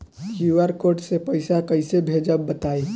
QR code से पईसा कईसे भेजब बताई?